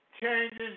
changes